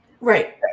right